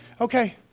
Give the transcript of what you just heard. Okay